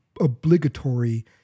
obligatory